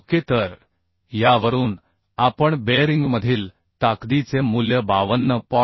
okay तर यावरून आपण बेअरिंगमधील ताकदीचे मूल्य 52